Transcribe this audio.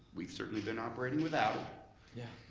we've certainly been operating without yeah